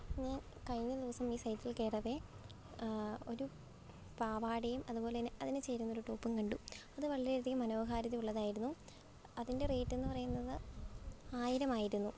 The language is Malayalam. ഞാൻ കഴിഞ്ഞ ദിവസം ഈ സൈറ്റിൽ കേറവേ ഒരു പാവാടയും അതുപോലെ തന്നെ അതിന് ചേരുന്നൊരു ടോപ്പും കണ്ടു അത് വളരെ അധികം മനോഹാരിതയുള്ളതായിരുന്നു അതിൻ്റെ റേറ്റെന്ന് പറയുന്നത് ആയിരമായിരുന്നു